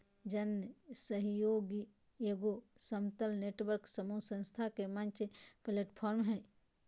जन सहइोग एगो समतल नेटवर्क समूह संस्था के मंच प्लैटफ़ार्म हइ